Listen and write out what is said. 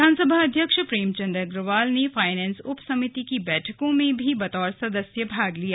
विधानसभा अध्यक्ष प्रेमचंद अग्रवाल ने फाइनेंस उप समिति की बैठकों में भी बतौर सदस्य भाग लिया